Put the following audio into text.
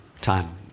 time